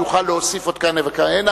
יוכל להוסיף עוד כהנה וכהנה.